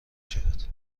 شود